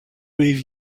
les